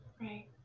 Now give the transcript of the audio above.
right